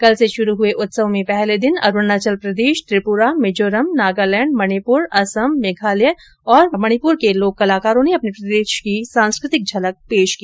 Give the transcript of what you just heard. कल से शुरू हुए उत्सव में पहले दिन अरूणाचल प्रदेश त्रिपुरा मिजोरम नागालैंड मणिपुर असम और मेघालय के लोक कलाकारों ने अपने प्रदेश की सांस्कृतिक झलक पेश की